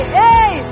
hey